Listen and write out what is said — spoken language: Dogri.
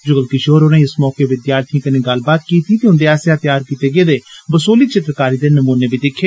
जुगल किशोर होरें इस मौके विद्यार्थिएं कन्नै गल्लबात कीती ते उन्दे आस्सेआ तयार कीते गेदे बसोहली चित्रकारी दे नमूने बी दिक्खे